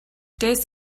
des